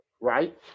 Right